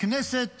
הכנסת